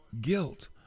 guilt